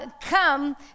come